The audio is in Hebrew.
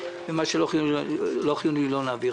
את מה שלא חיוני אנחנו לא נעביר.